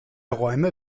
räume